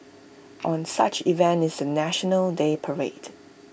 one such event is the National Day parade